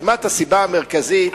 כמעט הסיבה המרכזית,